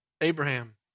Abraham